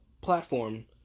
platform